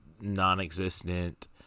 non-existent